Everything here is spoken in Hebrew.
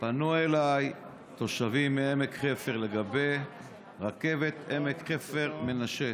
פנו אליי תושבים מעמק חפר לגבי רכבת עמק חפר מנשה.